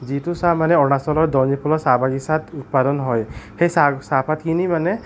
যিটো চাহ মানে অৰুণাচলৰ চাহ বাগিচাত উৎপাদন হয় সেই চাহ চাহপাতখিনি মানে